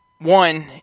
one